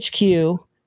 HQ